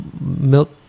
milk